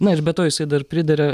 na ir be to jisai dar priduria